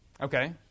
okay